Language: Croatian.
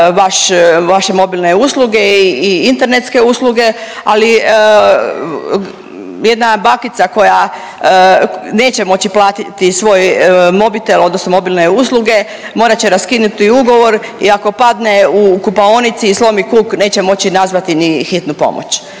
vaše mobilne usluge i internetske usluge, ali jedna bakica koja neće moći platiti svoj mobitel odnosno mobilne usluge morat će raskinuti ugovor i ako padne u kupaonici i slomi kuk neće moći nazvati ni hitnu pomoć.